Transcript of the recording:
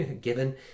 given